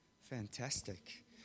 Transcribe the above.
Fantastic